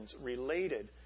related